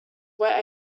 what